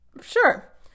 sure